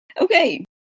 Okay